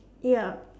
ya